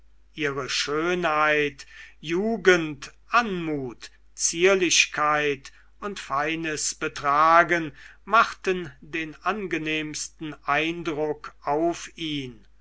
ihre schönheit jugend anmut zierlichkeit und feines betragen machten den angenehmsten eindruck auf ihn